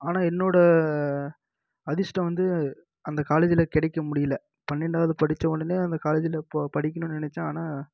ஆனால் என்னோட அதிர்ஷ்டம் வந்து அந்த காலேஜில் கிடைக்க முடியல பன்னெண்டாவது படித்த உடனே அந்த காலேஜில் ப படிக்கணுன் நினைச்சேன் ஆனால்